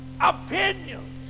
Opinions